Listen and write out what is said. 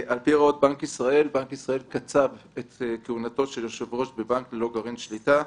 בנק ישראל קצב את כהונתו של יושב-ראש בבנק ללא גרעין שליטה.